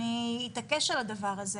אני אתעקש על הדבר הזה.